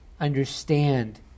understand